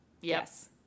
Yes